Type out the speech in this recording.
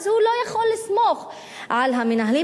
אז הוא לא יכול לסמוך על המנהלים.